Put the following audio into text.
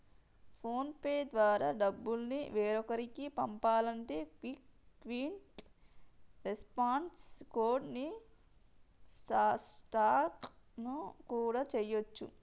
phone pay ద్వారా డబ్బులు వేరొకరికి పంపాలంటే క్విక్ రెస్పాన్స్ కోడ్ ని స్కాన్ కూడా చేయచ్చు